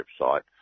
website